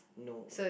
no